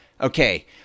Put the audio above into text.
Okay